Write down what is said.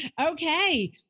Okay